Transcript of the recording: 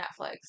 Netflix